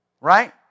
Right